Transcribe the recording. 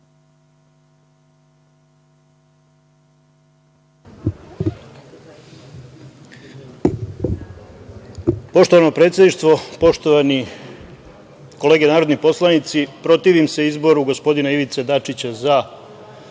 Poštovano predsedništvo, poštovani kolege narodni poslanici, protivim se izboru gospodina Ivice Dačića, za